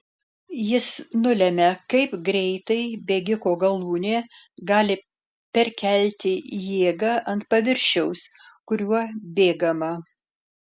jis nulemia kaip greitai bėgiko galūnė gali perkelti jėgą ant paviršiaus kuriuo bėgama